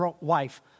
wife